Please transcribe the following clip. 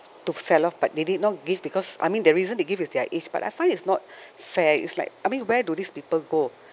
to fell off but they did not give because I mean the reason they give is their age but I find it's not fair it's like I mean where do these people go